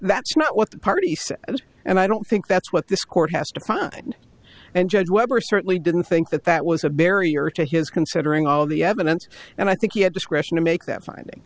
that's not what the party said and i don't think that's what this court has defined and judge webber certainly didn't think that that was a barrier to his considering all the evidence and i think he had discretion to make that finding